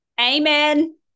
Amen